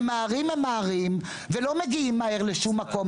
ממהרים, ממהרים ולא מגיעים לשום מקום.